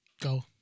go